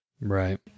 Right